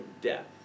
death